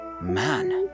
Man